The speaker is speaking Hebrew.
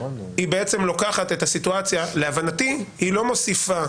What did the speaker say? היא לוקחת את הסיטואציה ולהבנתי היא לא מוסיפה